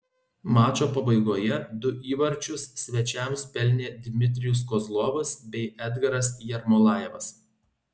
mačo pabaigoje du įvarčius svečiams pelnė dmitrijus kozlovas bei edgaras jermolajevas